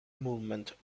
movement